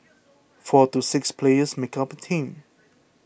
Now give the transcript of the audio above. four to six players make up a team